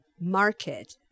market